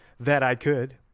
that i could,